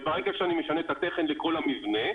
ברגע שאני משנה את התכן לכל המבנה,